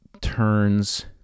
turns